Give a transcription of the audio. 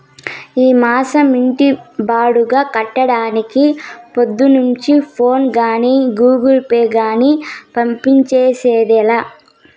ఈ మాసం ఇంటి బాడుగ కట్టడానికి పొద్దున్నుంచి ఫోనే గానీ, గూగుల్ పే గానీ పంజేసిందేలా